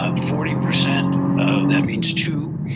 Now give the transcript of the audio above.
um forty percent of that means two,